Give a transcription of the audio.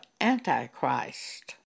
Antichrist